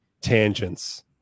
tangents